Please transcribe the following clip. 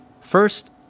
First